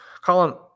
Colin